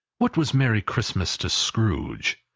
what was merry christmas to scrooge?